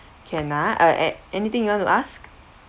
can ah uh a~ anything you want to ask